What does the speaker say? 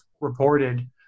reported